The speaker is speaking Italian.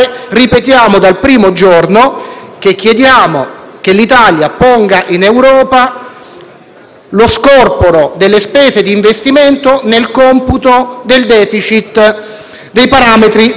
dello scorporo delle spese di investimento nel computo dei parametri *deficit*-PIL, in modo che l'Italia e l'Unione europea possano fare investimenti massicci